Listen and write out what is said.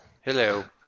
Hello